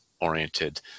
oriented